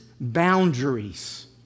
boundaries